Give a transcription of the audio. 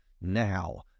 Now